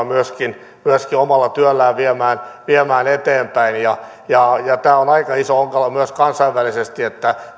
myöskin myöskin omalla työllään viemään viemään eteenpäin tämä on aika iso ongelma myös kansainvälisesti että